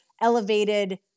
elevated